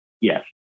Yes